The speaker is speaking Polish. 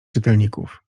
czytelników